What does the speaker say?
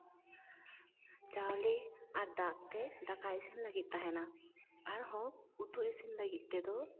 ᱪᱟᱣᱞᱮ ᱟᱨ ᱫᱟᱜ ᱛᱮ ᱫᱟᱠᱟ ᱤᱥᱤᱱ ᱞᱟᱹᱜᱤᱫ ᱛᱟᱦᱮᱱᱟ ᱟᱨᱦᱚᱸ ᱩᱛᱩ ᱤᱥᱤᱱ ᱞᱟᱹᱜᱤᱫ ᱛᱮᱫᱚ